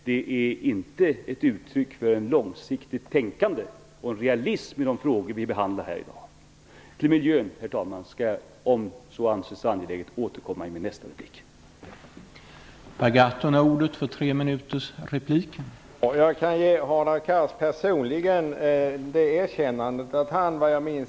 Det är inte ett uttryck för ett långsiktigt tänkande och en realism i de frågor som vi behandlar här i dag. Herr talman! Jag skall, om så anses angeläget, återkomma till frågan om miljön i min nästa replik.